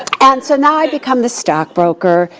and so now i become the stockbroker.